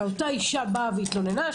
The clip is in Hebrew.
ואותה אישה באה והתלוננה,